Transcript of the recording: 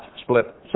split